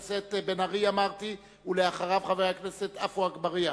בן-ארי, ואחריו, חבר הכנסת עפו אגבאריה.